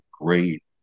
great